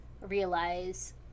realize